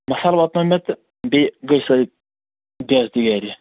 مصالہٕ واتنأے مےٚ تہٕ بیٚیہِ گٔے سۅے بےٚ عزتی گرِ